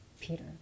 Peter